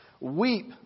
Weep